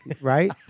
right